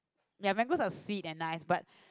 ya mangoes are sweet and nice but